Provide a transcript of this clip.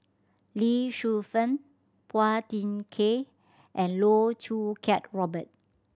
Lee Shu Fen Phua Thin Kiay and Loh Choo Kiat Robert